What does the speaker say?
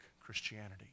Christianity